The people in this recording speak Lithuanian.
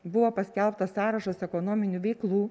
buvo paskelbtas sąrašas ekonominių veiklų